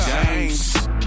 James